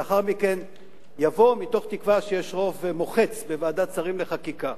ולאחר מכן יבוא מתוך תקווה שיש רוב מוחץ בוועדת שרים לחקיקה.